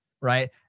right